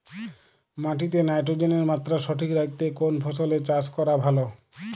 মাটিতে নাইট্রোজেনের মাত্রা সঠিক রাখতে কোন ফসলের চাষ করা ভালো?